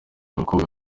abakobwa